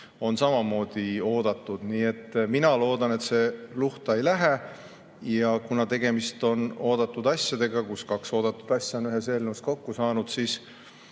on samamoodi oodatud. Nii et mina loodan, et see luhta ei lähe. Kuna tegemist on oodatud asjadega, kaks oodatud asja on ühes eelnõus kokku saanud, siis